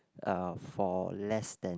uh for less than